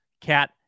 Cat